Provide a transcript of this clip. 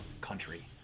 country